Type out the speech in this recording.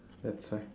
that's why